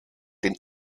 den